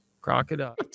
Crocodile